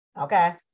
okay